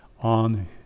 on